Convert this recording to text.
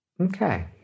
Okay